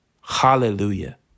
Hallelujah